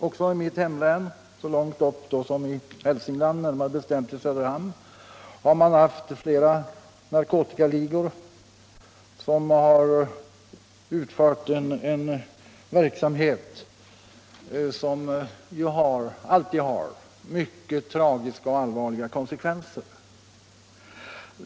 Också i mitt hemlän — så långt upp som i Hälsingland — har flera narkotikaligor utövat en verksamhet, som alltid har mycket tragiska och allvarliga konsekvenser.